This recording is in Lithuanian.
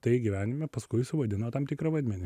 tai gyvenime paskui suvaidino tam tikrą vaidmenį